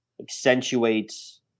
accentuates